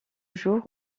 jour